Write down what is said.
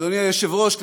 אדוני היושב-ראש,